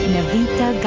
Navita